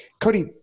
Cody